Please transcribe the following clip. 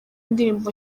indirimbo